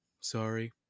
sorry